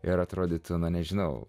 ir atrodyti na nežinau